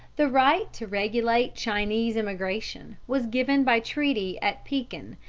the right to regulate chinese immigration was given by treaty at pekin,